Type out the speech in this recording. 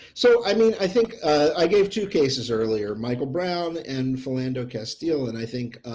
so i mean, i think i gave two cases earlier michael brown and philando castile and i think,